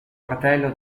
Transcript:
fratello